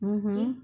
mmhmm